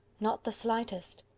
not the slightest.